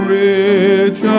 rich